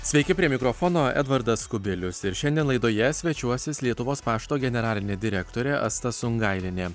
sveiki prie mikrofono edvardas kubilius ir šiandien laidoje svečiuosis lietuvos pašto generalinė direktorė asta sungailienė